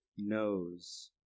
knows